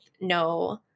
no